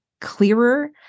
clearer